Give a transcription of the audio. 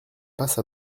passe